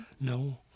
No